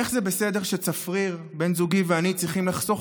איך זה בסדר שצפריר בן זוגי ואני צריכים לחסוך